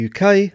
UK